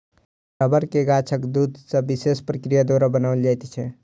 रबड़ के गाछक दूध सॅ विशेष प्रक्रिया द्वारा बनाओल जाइत छै